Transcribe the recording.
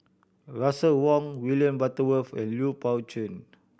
Russel Wong William Butterworth and Lui Pao Chuen